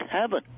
heaven